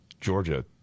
Georgia